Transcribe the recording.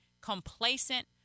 complacent